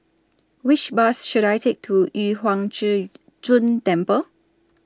Which Bus should I Take to Yu Huang Zhi Zun Temple